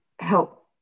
help